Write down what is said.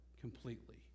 completely